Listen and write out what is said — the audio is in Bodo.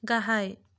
गाहाय